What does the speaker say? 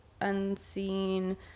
unseen